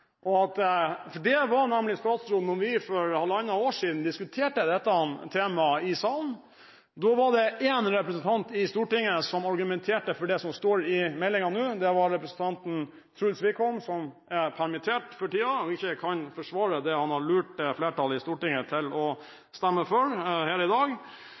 enig med meg. Det var nemlig statsråden da vi diskuterte dette temaet i salen for halvannet år siden. Da var det én representant i Stortinget som argumenterte for det som står i meldingen nå, og det var representanten Truls Wickholm. Han har permisjon for tiden og kan ikke forsvare det han har lurt flertallet i Stortinget til å stemme for her i dag.